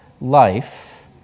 life